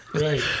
Right